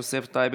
יוסף טייב,